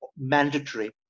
mandatory